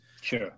Sure